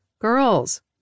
Girls